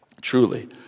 truly